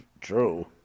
true